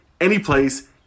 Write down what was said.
anyplace